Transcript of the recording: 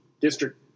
district